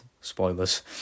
spoilers